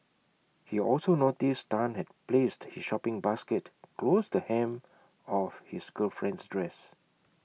he also noticed Tan had placed his shopping basket close the hem of his girlfriend's dress